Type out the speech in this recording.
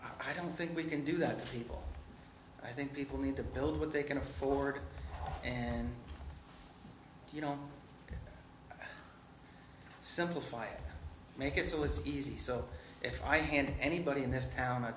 i don't think we can do that to people i think people need to build what they can afford and you know simplify it make it so it's easy so if i hand anybody in this town a